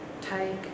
take